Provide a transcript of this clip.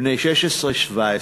בני 17-16,